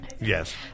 Yes